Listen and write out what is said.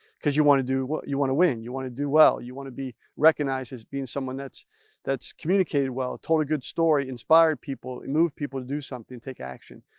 because you want to do, what you want to win. you want to do well, you want to be recognized as being someone that's that's communicated well, told a good story, inspired people, move people to do something, take action.